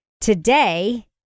today